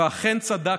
ואכן צדקת,